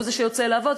הוא זה שיוצא לעבוד,